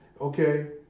okay